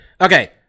Okay